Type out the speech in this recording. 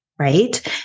right